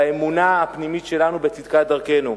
באמונה הפנימית שלנו בצדקת דרכנו.